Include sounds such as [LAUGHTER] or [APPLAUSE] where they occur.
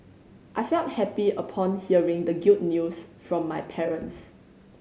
I felt happy upon hearing the [UNINTELLIGIBLE] news from my parents